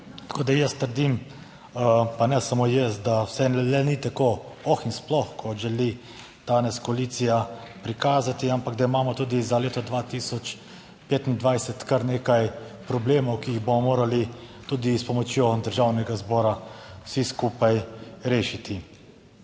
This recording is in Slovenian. Tako jaz trdim, pa ne samo jaz, da vseeno le ni tako oh in sploh, kot želi danes koalicija prikazati, ampak da imamo tudi za leto 2025 kar nekaj problemov, ki jih bomo morali tudi s pomočjo Državnega zbora vsi skupaj rešiti.